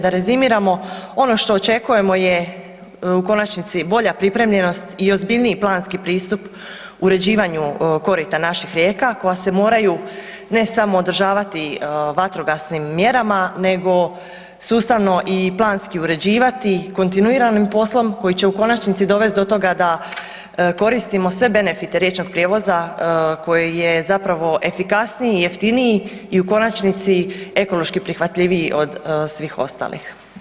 Da rezimiramo, ono što očekujemo je u konačnici bolja pripremljenost i ozbiljniji planski pristup uređivanju korita naših rijeka koja se moraju ne samo održavati vatrogasnim mjerama nego sustavno i planski uređivati kontinuiranim poslom koji će u konačnici dovest do toga da koristimo sve benefite riječnog prijevoza koji je zapravo efikasniji i jeftiniji i u konačnici ekološki prihvatljiviji od svih ostalih.